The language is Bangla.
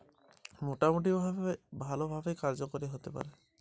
এখানে কৃষকদের আর্থিক সহায়তায় রাজ্য সরকারের কৃষক বন্ধু প্রক্ল্প কতটা কার্যকরী হতে পারে?